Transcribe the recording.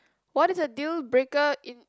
what is a deal breaker in